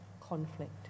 conflict